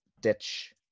ditch